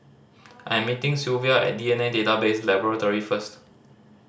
I'm meeting Sylvia at D N A Database Laboratory first